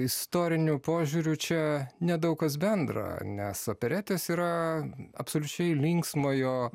istoriniu požiūriu čia nedaug kas bendra nes operetės yra absoliučiai linksmojo